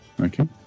Okay